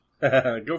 Go